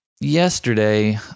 yesterday